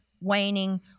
waning